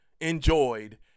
Enjoyed